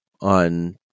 on